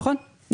נכון.